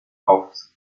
aufs